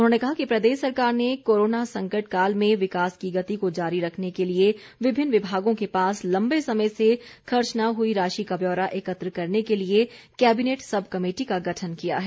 उन्होंने कहा कि प्रदेश सरकार ने कोरोना संकट काल में विकास की गति को जारी रखने के लिए विभिन्न विभागों के पास लम्बे समय से खर्च न हुई राशि का ब्यौरा एकत्र करने के लिए कैबिनेट सब कमेटी का गठन किया है